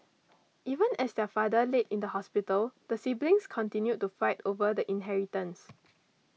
even as their father laid in the hospital the siblings continued to fight over the inheritance